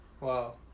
Wow